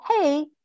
hey